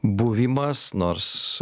buvimas nors